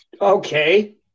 okay